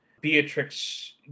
Beatrix